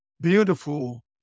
beautiful